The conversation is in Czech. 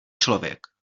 člověk